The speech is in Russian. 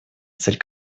цель